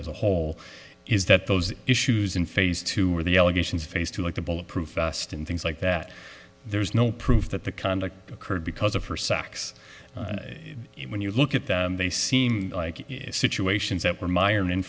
as a whole is that those issues in phase two or the allegations phase two like the bullet proof vest and things like that there is no proof that the conduct occurred because of her sex when you look at that they seem like situations that were myron